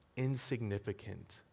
insignificant